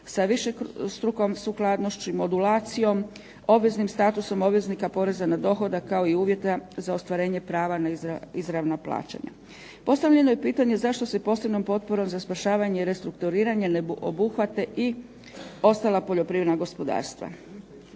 sa više strukom sukladnošću i modulacijom, obveznim statusom obveznika poreza na dohodak, kao i uvjeta za ostvarenje prava na izravna plaćanja. Postavljeno je pitanje zašto se posebnom potporom za spašavanje i restrukturiranje ne obuhvate i ostala poljoprivredna gospodarstva.